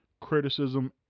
Criticism